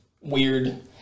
weird